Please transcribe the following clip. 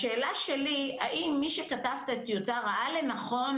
השאלה שלי האם מי שכתב את הטיוטה ראה לנכון